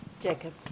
Jacob